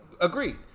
Agreed